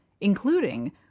including